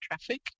traffic